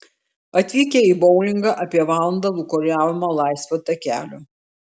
atvykę į boulingą apie valandą lūkuriavome laisvo takelio